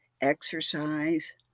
exercise